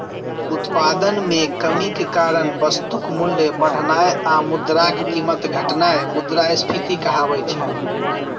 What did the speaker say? उत्पादन मे कमीक कारण वस्तुक मूल्य बढ़नाय आ मुद्राक कीमत घटनाय मुद्रास्फीति कहाबै छै